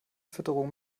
fütterung